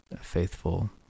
faithful